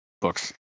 books